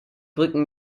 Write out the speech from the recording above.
brücken